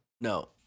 No